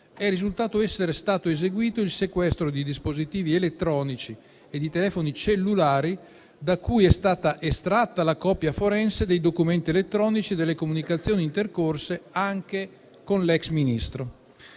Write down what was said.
risulta sia stato eseguito il sequestro di dispositivi elettronici e di telefoni cellulari da cui è stata estratta la copia forense dei documenti elettronici e delle comunicazioni intercorse anche con l'ex ministro.